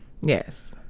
yes